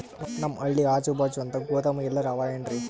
ನಮ್ ಹಳ್ಳಿ ಅಜುಬಾಜು ಅಂತ ಗೋದಾಮ ಎಲ್ಲರೆ ಅವೇನ್ರಿ?